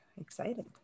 Excited